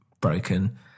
broken